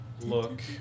look